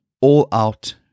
all-out